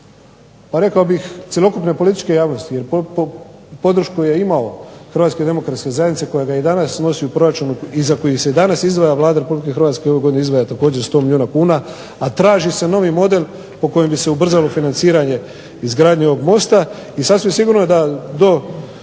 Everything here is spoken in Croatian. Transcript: pa rekao bih cjelokupne političke javnosti, jer podršku je imao Hrvatske demokratske zajednice koja ga i danas nosi u proračunu i za koji se danas izdvaja. Vlada Republike Hrvatske u ovoj godini izdvaja također 100 milijuna kuna. A traži se novi model po kojem bi se ubrzalo financiranje izgradnje ovog mosta